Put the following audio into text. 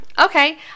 Okay